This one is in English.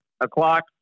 o'clock